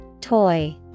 Toy